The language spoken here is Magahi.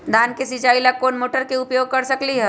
धान के सिचाई ला कोंन मोटर के उपयोग कर सकली ह?